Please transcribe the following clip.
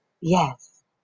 Yes